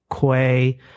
Quay